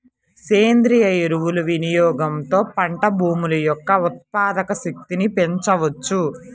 సేంద్రీయ ఎరువుల వినియోగంతో పంట భూముల యొక్క ఉత్పాదక శక్తిని పెంచవచ్చు